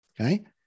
Okay